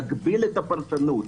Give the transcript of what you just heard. יגביל את הפרשנות,